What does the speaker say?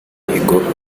imihigo